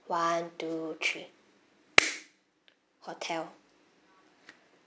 one two three hotel